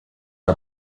are